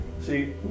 See